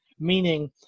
meaning